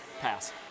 Pass